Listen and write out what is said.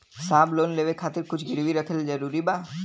साहब लोन लेवे खातिर कुछ गिरवी रखल जरूरी बा?